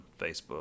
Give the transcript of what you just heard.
facebook